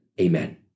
Amen